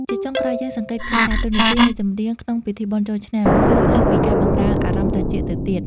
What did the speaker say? ជាចុងក្រោយ យើងសង្កេតឃើញថា តួនាទីនៃចម្រៀងក្នុងពិធីបុណ្យចូលឆ្នាំ គឺលើសពីការបម្រើអារម្មណ៍ត្រចៀកទៅទៀត។